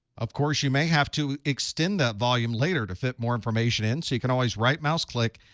of course, you may have to extend that volume later to fit more information in, so you can always right mouse click,